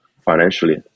financially